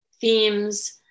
themes